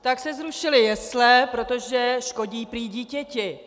tak se zrušily jesle, protože škodí prý dítěti.